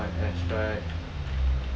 I'm gonna call an air strike